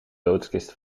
doodskist